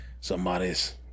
somebody's